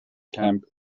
camp